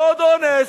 ועוד אונס,